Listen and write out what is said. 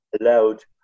allowed